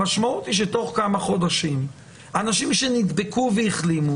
המשמעות היא שתוך כמה חודשים אנשים שנדבקו והחלימו